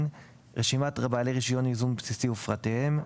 רשימת בעלי רישיון ייזום בסיסי ופרטיהם,